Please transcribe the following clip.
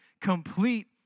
complete